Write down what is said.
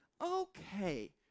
okay